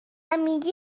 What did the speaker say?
میگی